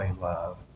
love